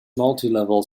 multilevel